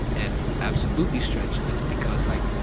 and absolutely, stretch, it's because, like,